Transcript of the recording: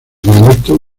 dialecto